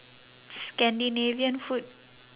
scandinavian food